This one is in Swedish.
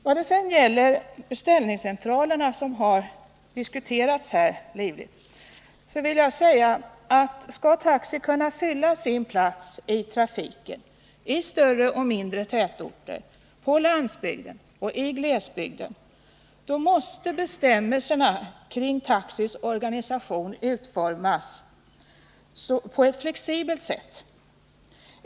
Vad sedan gäller beställningscentralerna, som livligt har diskuterats här, vill jag säga att skall taxi kunna fylla sin plats i trafiken, i större och mindre tätorter, på landsbygden och i glesbygden, då måste bestämmelserna kring taxis organisation utformas på ett flexibelt sätt.